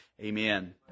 Amen